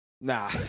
nah